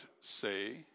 say